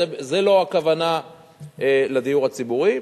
זאת לא הכוונה של הדיור הציבורי.